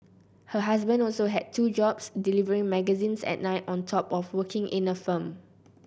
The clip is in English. her husband also had two jobs delivering magazines at night on top of working in a firm